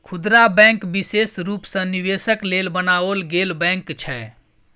खुदरा बैंक विशेष रूप सँ निवेशक लेल बनाओल गेल बैंक छै